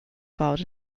filed